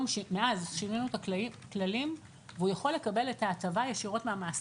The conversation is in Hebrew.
מאז שינינו את הכללים והוא יכול לקבל את ההטבה ישירות מהמעסיק,